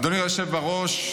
אדוני היושב בראש,